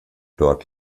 dort